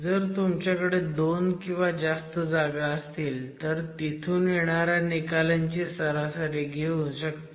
जर तुमच्याकडे दोन किंवा जास्त जागा असतील तर तिथून येणाऱ्या निकालांची सरासरी घेऊ शकता